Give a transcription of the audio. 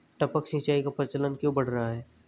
टपक सिंचाई का प्रचलन क्यों बढ़ रहा है?